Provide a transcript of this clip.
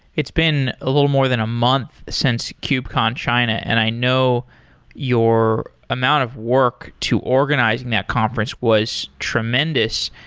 it's been a little more than a month since kubecon china, and i know your amount of work to organizing that conference was tremendous.